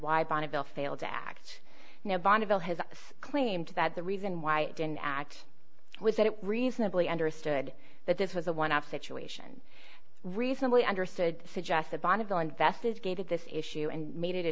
why bonneville failed to act now bonneville has claimed that the reason why it didn't act was that it reasonably understood that this was a one off situation recently understood suggested bonneville investigated this issue and made